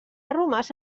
romàs